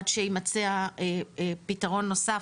עד שיימצא הפתרון הנוסף,